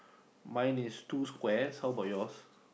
mine is two squares how about yours